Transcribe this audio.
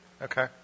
Okay